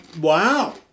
Wow